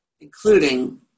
including